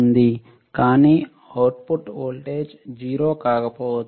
కానీ output voltage 0 కాకపోవచ్చు